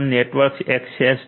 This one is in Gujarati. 7 નેટવર્ક એક્સ 2